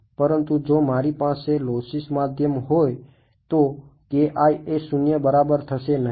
પરંતુ જો મારી પાસે લોસ્સી માધ્યમ હોય તો એ શૂન્ય બરાબર થશે નહિ